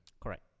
Correct